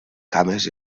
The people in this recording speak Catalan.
cames